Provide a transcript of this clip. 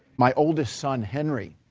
my oldest son henry.